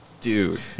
Dude